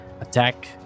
attack